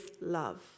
love